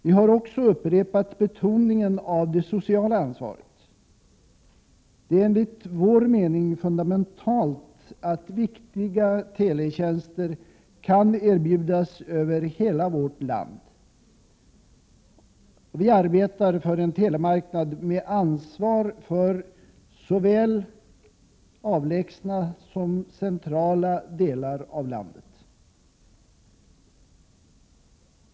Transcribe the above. Vi har också upprepat betoningen av det social ansvaret. Det är enligt vår mening fundamentalt att viktiga teletjänster kan erbjudas över hela vårt land. Vi arbetar för en telemarknad med ansvar för såväl avlägsna som centrala delar av landet.